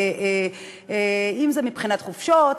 אם מבחינת חופשות,